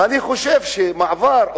ואני חושב שמעבר,